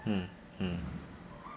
mm mm